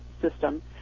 system